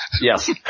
Yes